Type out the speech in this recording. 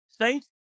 Saints